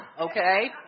okay